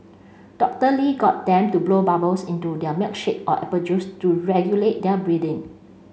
Doctor Lee got them to blow bubbles into their milkshake or apple juice to regulate their breathing